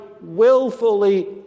willfully